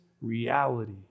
reality